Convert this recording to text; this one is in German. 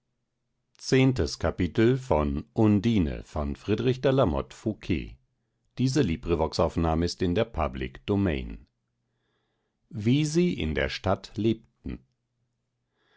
wie sie in der stadt lebten